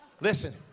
Listen